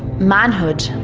manhood,